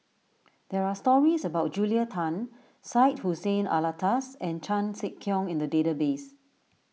there are stories about Julia Tan Syed Hussein Alatas and Chan Sek Keong in the database